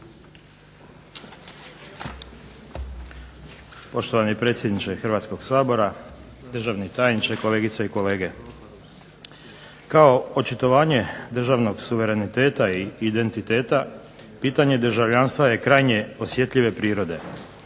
Poštovani predsjedniče Hrvatskoga sabora, državni tajniče, kolegice i kolege. Kao očitovanje državnog suvereniteta i identiteta pitanje državljanstva je krajnje osjetljive prirode.